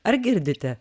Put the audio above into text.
ar girdite